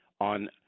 on